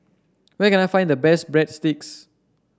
where can I find the best Breadsticks